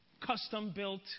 custom-built